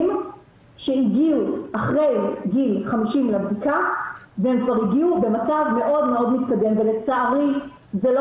שהגיעו אחרי גיל 50 לבדיקה והן כבר הגיעו במצב מאוד מתקדם ולצערי זה לא